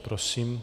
Prosím.